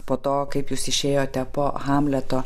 po to kaip jūs išėjote po hamleto